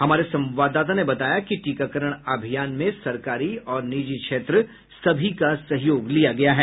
हमारे संवाददाता ने बताया कि टीकाकरण अभियान में सरकारी और निजी क्षेत्र सभी का सहयोग लिया गया है